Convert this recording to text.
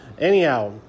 Anyhow